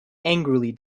angrily